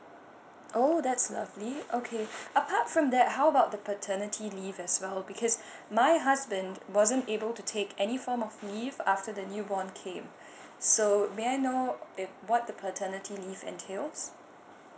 oh that's lovely okay apart from that how about the paternity leave as well because my husband wasn't able to take any form of leave after the new born came so may I know that what the paternity leave entails